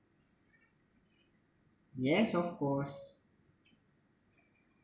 yes of course